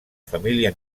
família